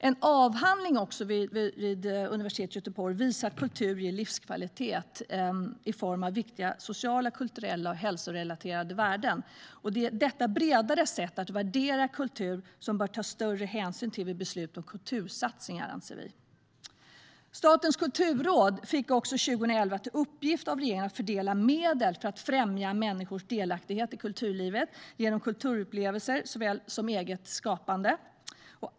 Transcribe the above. En avhandling vid Göteborgs universitet visar att kultur ger livskvalitet i form av viktiga sociala, kulturella och hälsorelaterade värden. Detta bredare sätt att värdera kultur bör man ta större hänsyn till vid beslut om kultursatsningar, anser vi. Statens kulturråd fick 2011 i uppgift av regeringen att fördela medel för att främja människors delaktighet i kulturlivet genom kulturupplevelser såväl som genom eget skapande.